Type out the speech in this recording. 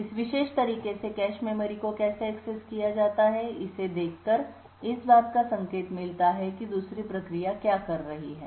इस विशेष तरीके से कैश मेमोरी को कैसे एक्सेस किया जाता है इसे देखकर इस बात का संकेत मिलता है कि दूसरी प्रक्रिया क्या कर रही है